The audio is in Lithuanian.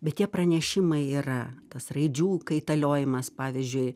bet tie pranešimai yra tas raidžių kaitaliojimas pavyzdžiui